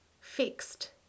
fixed